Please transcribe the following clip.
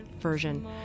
version